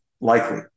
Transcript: likely